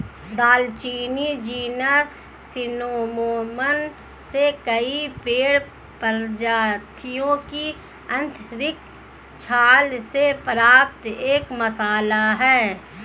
दालचीनी genus Cinnamomum से कई पेड़ प्रजातियों की आंतरिक छाल से प्राप्त एक मसाला है